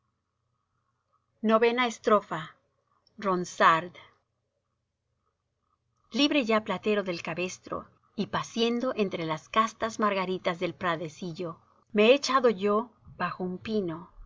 ix ronsard libre ya platero del cabestro y paciendo entre las castas margaritas del pradecillo me he echado yo bajo un pino